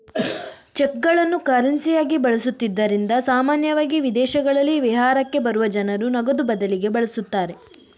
ಚೆಕ್ಗಳನ್ನು ಕರೆನ್ಸಿಯಾಗಿ ಬಳಸುತ್ತಿದ್ದುದರಿಂದ ಸಾಮಾನ್ಯವಾಗಿ ವಿದೇಶಗಳಲ್ಲಿ ವಿಹಾರಕ್ಕೆ ಬರುವ ಜನರು ನಗದು ಬದಲಿಗೆ ಬಳಸುತ್ತಾರೆ